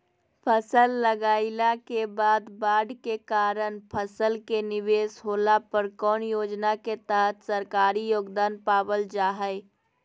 फसल लगाईला के बाद बाढ़ के कारण फसल के निवेस होला पर कौन योजना के तहत सरकारी योगदान पाबल जा हय?